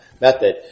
method